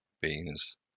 beans